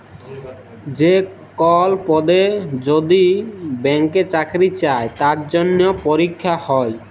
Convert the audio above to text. যে কল পদে যদি ব্যাংকে চাকরি চাই তার জনহে পরীক্ষা হ্যয়